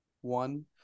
one